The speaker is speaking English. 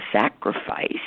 sacrifice